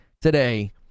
today